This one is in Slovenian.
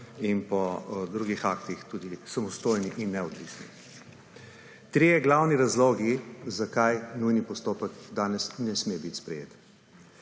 in po drugih aktih samostojni in neodvisni. Trije glavni razlogi, zakaj nujni postopek danes ne sme biti sprejet.